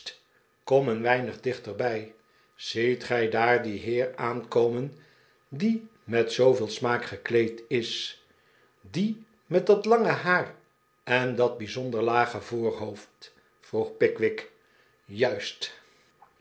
kom een weinig dichterbij ziet gij daar dien heer aankomen die met zooveel smaak gekleed is die met dat lange haar en dat bijzonder lage voorhoofd vroeg pickwick juist